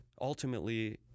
ultimately